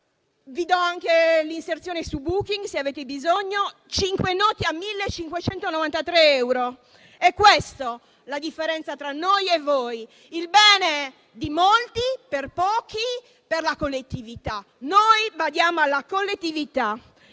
vi do anche l'inserzione su Booking, se ne avete bisogno - a 1.593 euro per cinque notti. È questa la differenza tra noi e voi: il bene di molti per pochi, per la collettività. Noi badiamo alla collettività.